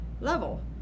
level